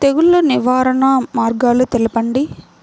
తెగులు నివారణ మార్గాలు తెలపండి?